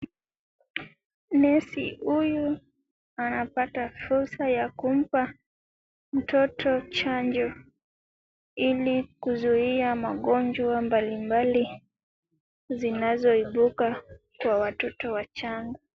Nesi huyu anapata fursa ya kumpa mtoto chanjo ili kuzuuia magonjwa mbalimbali yanayoibuka kwa watoto wachanga.